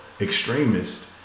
extremists